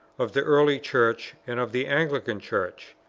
of the early church, and of the anglican church.